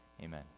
Amen